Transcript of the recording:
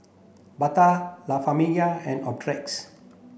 Bata La Famiglia and Optrex